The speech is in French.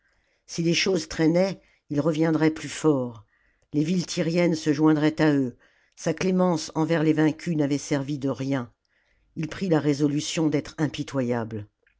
si les choses traînaient ils reviendraient plus forts les villes tyriennes se joindraient à eux sa clémence envers les vaincus n'avait servi de rien il prit la résolution d'être impitoyable